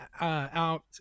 out